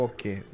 Okay